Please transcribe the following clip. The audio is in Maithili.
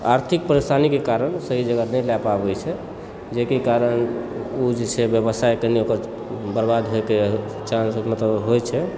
आर्थिक परेशानीके कारण सही जगह नहि लए पाबय छै जाहिके कारण ओ जे छै व्यवसाय ओकर बर्बाद होइके चान्स मतलब होइत छै